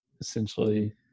essentially